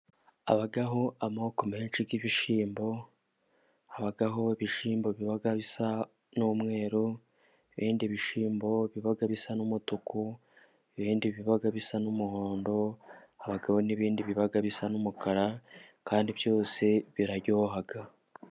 Hbaho amoko menshi y'ibishyimbo, habaho ibishimbo biba bisa n'umweru, ibindi bishyimbo biba bisa n'umutuku, ibindi biba bisa n'umuhondo, hababo n'ibindi biba bisa n'umukara, kandi byose biraryoha.